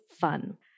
fun